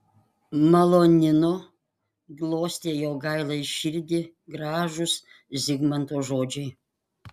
malonino glostė jogailai širdį gražūs zigmanto žodžiai